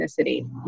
ethnicity